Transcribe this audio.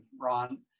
Ron